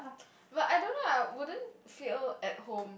but I don't know I wouldn't feel at home